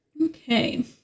okay